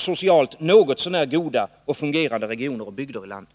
socialt något så när goda och fungerande regioner och bygder i landet?